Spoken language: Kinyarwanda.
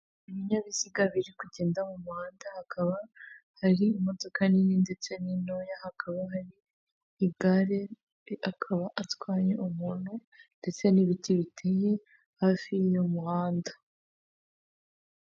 Ibinyabiziga biri kugenda mu muhanda, hakaba hari imodoka nini ndetse n'intoya, hakaba hari igare akaba atwaye umuntu ndetse n'ibiti biteye hafi y'umuhanda.